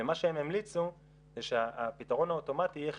ומה שהם המליצו זה שהפתרון האוטומטי יהיה חצי-חצי,